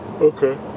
Okay